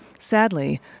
Sadly